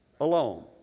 alone